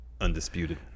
Undisputed